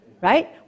right